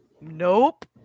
Nope